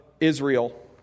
Israel